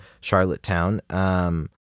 Charlottetown